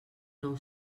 nou